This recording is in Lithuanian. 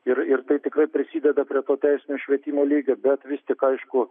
ir ir tai tikrai prisideda prie to teisinio švietimo lygio bet vis tik aišku